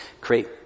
create